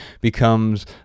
becomes